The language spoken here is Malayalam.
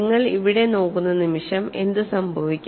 നിങ്ങൾ ഇവിടെ നോക്കുന്ന നിമിഷം എന്ത് സംഭവിക്കും